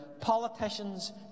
politicians